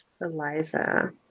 Eliza